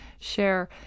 share